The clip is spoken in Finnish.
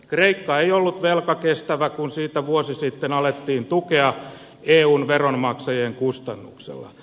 kreikka ei ollut velkakestävä kun sitä vuosi sitten alettiin tukea eun veronmaksajien kustannuksella